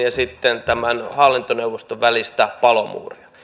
ja hallintoneuvoston välistä palomuuria